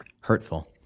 Hurtful